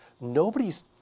nobody's